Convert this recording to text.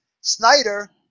Snyder